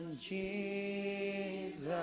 Jesus